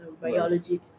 biology